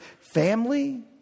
Family